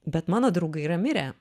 bet mano draugai yra mirę